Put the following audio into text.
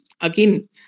again